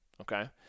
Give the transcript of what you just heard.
okay